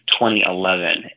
2011